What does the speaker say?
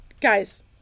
Guys